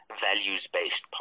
values-based